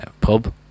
pub